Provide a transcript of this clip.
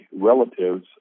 relatives